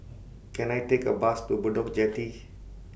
Can I Take A Bus to Bedok Jetty